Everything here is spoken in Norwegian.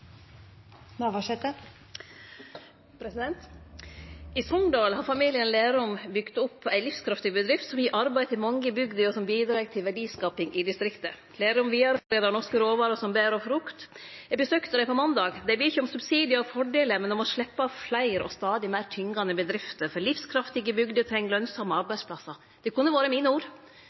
Navarsete – til oppfølgingsspørsmål. I Sogndal har familien Lerum bygd opp ei livskraftig bedrift som gir arbeid til mange i bygda, og som bidreg til verdiskaping i distriktet. Lerum vidareforedlar norske råvarer, som bær og frukt. Eg besøkte dei på måndag, og dei ber ikkje om subsidiar og fordelar, men om å sleppa fleire og stadig meir tyngande avgifter, for livskraftige bygder treng lønsame arbeidsplassar. Dette kunne ha vore mine ord, men det